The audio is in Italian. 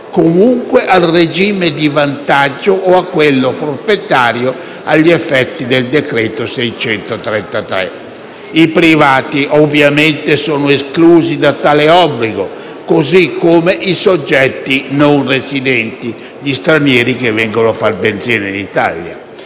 comunque al regime di vantaggio o a quello forfettario agli effetti del decreto n. 633 del 1972. I privati, ovviamente, sono esclusi da tale obbligo, così come i soggetti non residenti (gli stranieri che vengono a far benzina in Italia).